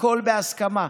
הכול בהסכמה.